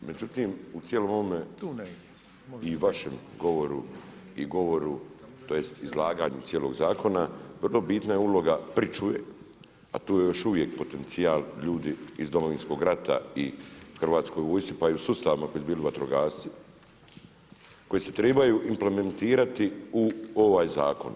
Međutim, u cijelom ovome i vašem govoru i govoru, tj. izlaganju cijelog zakona vrlo bitna je pričuve, a tu je još uvijek potencijal ljudi iz Domovinskog rata i Hrvatskoj vojsci pa i u sustavima koji su bili vatrogasci, koji se tribaju implementirati u ovaj zakon.